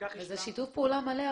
לכך השלמנו --- זה שיתוף פעולה מלא,